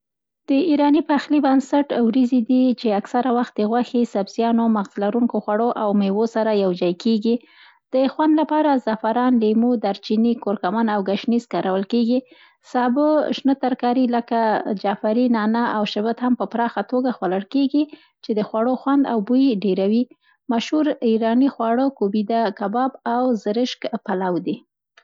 د ایراني پخلی بنسټ وریځې دي چي اکثره وخت د غوښې، سبزیانو، مغز لرونکو خوړو او میوو سره یوجای کېږي. د خوند لپاره، زعفران، لیمو، دارچیني، کورکمن او ګشنیز کارول کېږي. سابه، شنه ترکاري لکه: جعفري، نعناع او شبت هم په پراخه توګه خوړل کېږي چې د خوړو خوند او بوی ډېروي. مشهور ایراني خواړه کوبیده کباب او زرشک پلو دي.